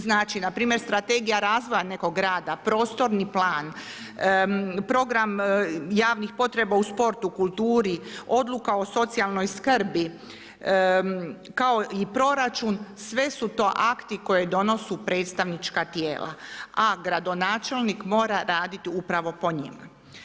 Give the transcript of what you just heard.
Znači na primjer Strategija razvoja nekog grada, prostorni plan, program javnih potreba u sportu, kulturi, Odluka o socijalnoj skrbi kao i proračun sve su to akti koje donosu predstavnička tijela, a gradonačelnik mora raditi upravo po njima.